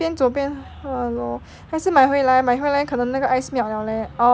err 边走边喝 lor 还是买回来买回来可能那个 ice melt liao leh